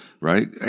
Right